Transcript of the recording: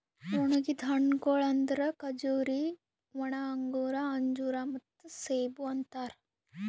ಒಣುಗಿದ್ ಹಣ್ಣಗೊಳ್ ಅಂದುರ್ ಖಜೂರಿ, ಒಣ ಅಂಗೂರ, ಅಂಜೂರ ಮತ್ತ ಸೇಬು ಅಂತಾರ್